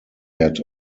had